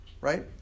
right